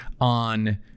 on